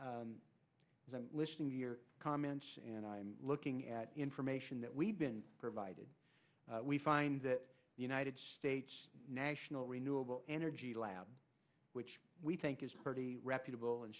but listening to your comments and i'm looking at information that we've been provided we find that the united states national renewable energy lab which we think is pretty reputable and